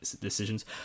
decisions